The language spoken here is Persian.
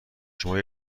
شما